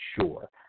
sure